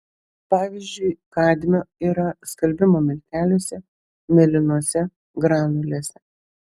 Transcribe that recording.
pavyzdžiui kadmio yra skalbimo milteliuose mėlynose granulėse